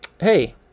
hey